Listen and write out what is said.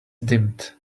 dimmed